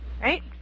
right